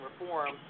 reform